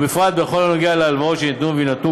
בפרט בכל הנוגע להלוואות שניתנו ויינתנו